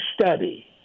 study